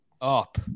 up